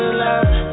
love